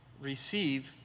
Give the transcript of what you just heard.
receive